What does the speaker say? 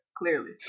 Clearly